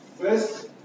First